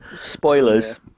spoilers